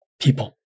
people